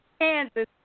Kansas